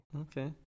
okay